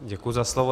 Děkuji za slovo.